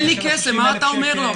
מה אתה אומר לו?